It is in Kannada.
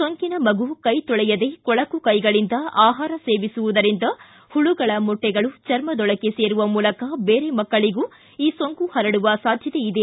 ಸೋಂಕಿತ ಮಗು ಕೈ ತೊಳೆಯದೇ ಕೊಳಕು ಕೈಗಳಿಂದ ಆಹಾರ ಸೇವಿಸುವುದರಿಂದ ಹುಳುಗಳ ಮೊಟ್ಟೆಗಳು ಚರ್ಮದೊಳಕ್ಕೆ ಸೇರುವ ಮೂಲಕ ಬೇರೆ ಮಕ್ಕಳಿಗೂ ಈ ಸೊಂಕು ಹರಡುವ ಸಾಧ್ಯತೆ ಇದೆ